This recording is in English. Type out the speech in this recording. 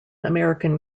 american